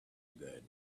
again